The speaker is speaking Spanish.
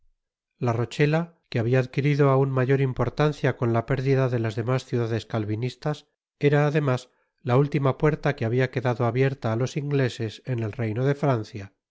la rochela que habia adquirido aun mayor importancia con la pérdida de las demás ciudades calvinistas era además la última pu erta que habia quedado abierta á los ingleses en el reino de francia y